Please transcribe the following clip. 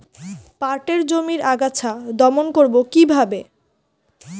পাটের জমির আগাছা দমন করবো কিভাবে?